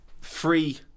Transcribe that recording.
free